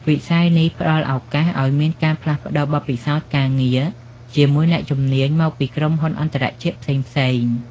វិស័យនេះផ្តល់ឱកាសឱ្យមានការផ្លាស់ប្តូរបទពិសោធន៍ការងារជាមួយអ្នកជំនាញមកពីក្រុមហ៊ុនអន្តរជាតិផ្សេងៗ។